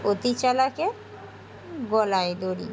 অতি চালাকের গলায় দড়ি